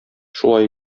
шулай